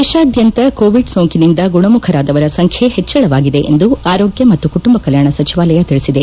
ದೇಶಾದ್ಯಂತ ಕೋವಿಡ್ ಸೋಂಕಿನಿಂದ ಗುಣಮುಖರಾದವರ ಸಂಖ್ಯೆ ಹೆಚ್ಚಳವಾಗಿದೆ ಎಂದು ಆರೋಗ್ಯ ಮತ್ತು ಕುಟುಂಬ ಕಲ್ಲಾಣ ಸಚಿವಾಲಯ ತಿಳಿಸಿದೆ